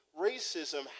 racism